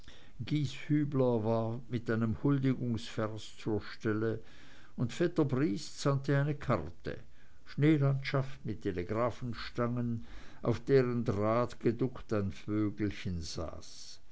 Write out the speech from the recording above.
war wieder mit einem huldigungsvers zur stelle und vetter briest sandte eine karte schneelandschaft mit telegrafenstangen auf deren draht geduckt ein vögelchen saß